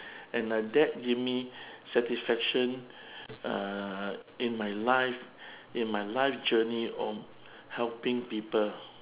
and I that give me satisfaction uh in my life in my life journey on helping people